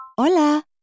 Hola